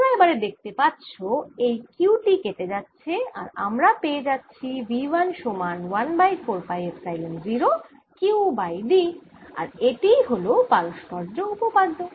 তোমরা এবারে দেখতে পাচ্ছ এই q টি কেটে যাচ্ছে আর আমরা পেয়ে যাচ্ছি V 1 সমান 1 by 4 pi epsilon 0 Q by d আর এটিই হল পারস্পর্য্য উপপাদ্য